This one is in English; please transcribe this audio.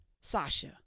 Sasha